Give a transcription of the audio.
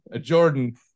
Jordan